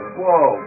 whoa